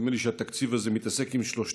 נדמה לי שהתקציב הזה מתעסק עם שלושתם.